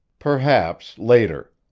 perhaps, later.